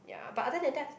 ya but other than that